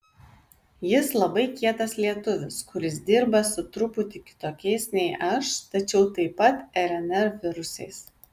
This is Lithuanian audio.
jis labai kietas lietuvis kuris dirba su truputį kitokiais nei aš tačiau taip pat rnr virusais